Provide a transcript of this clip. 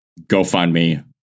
GoFundMe